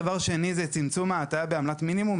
דבר שני זה צמצום ההטעיה בעמלת מינימום.